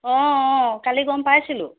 অঁ অঁ কালি গম পাইছিলোঁ